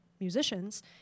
musicians